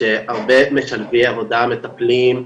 שהרבה משלבי עבודה, מטפלים,